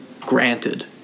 granted